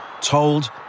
told